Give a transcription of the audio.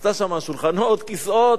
עשתה שם שולחנות, כיסאות,